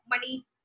money